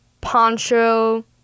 Poncho